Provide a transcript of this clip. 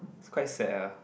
it's quite sad ah